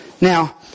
Now